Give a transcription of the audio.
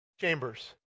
Chambers